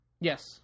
Yes